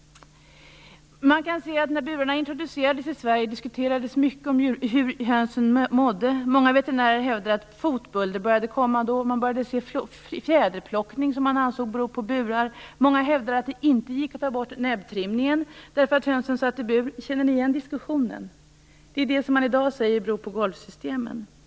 När burarna introducerades i Sverige diskuterades mycket hur hönsen mådde. Många veterinärer hävdar att fotbölder började komma då. Man började se fjäderplockning som man ansåg berodde på burarna. Många hävdade att det inte gick att ta bort näbbtrimningen därför att hönsen satt i bur. Känner ni igen diskussionen? Det är detta som man i dag säger beror på golvsystemet.